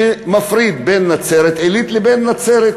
שמפריד בין נצרת-עילית לבין נצרת,